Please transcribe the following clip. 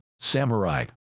Samurai